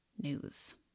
news